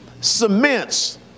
cements